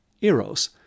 Eros